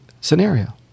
scenario